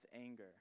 anger